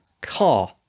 car